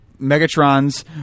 Megatron's